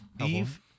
Eve